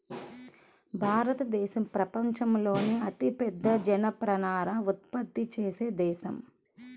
భారతదేశం ప్రపంచంలోనే అతిపెద్ద జనపనార ఉత్పత్తి చేసే దేశం